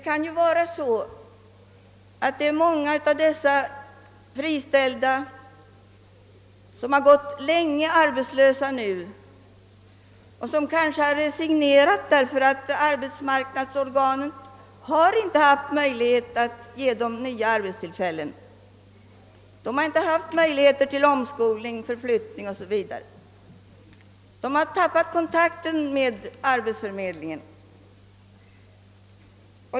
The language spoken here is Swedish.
Många av de äldre friställda har gått arbetslösa länge och har kanske 'resignerat när arbetsmarknadens organ inte kunnat anvisa dem nytt arbete. Denna kategori har inte haft möjlighet till omskolning, förflyttning o.s.v. och har förlorat kontakten med arbetsförmedlingen.